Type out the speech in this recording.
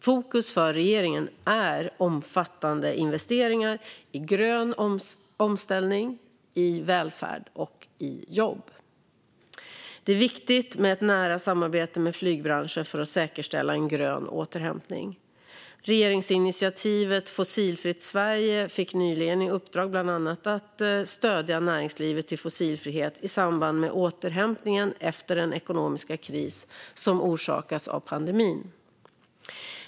Fokus för regeringen är omfattande investeringar i grön omställning, välfärd och jobb. Det är viktigt med ett nära samarbete med flygbranschen för att säkerställa en grön återhämtning. Regeringsinitiativet Fossilfritt Sverige fick nyligen i uppdrag bland annat att stödja näringslivet till fossilfrihet i samband med återhämtningen efter den ekonomiska kris som orsakats av pandemin.